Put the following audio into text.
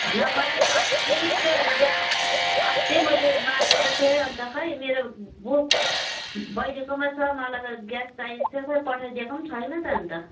हन मैले अस्ति त्यो ग्यास अस्ति मैले मागेको थिएँ अनि त खोइ मेरो ब् बुक बैनीकोमा छ मलाई त ग्यास चाहिएको छ खोइ पठाइदिएको पनि छैन त अनि त